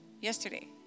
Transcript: yesterday